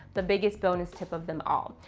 the biggest bonus tip of them all.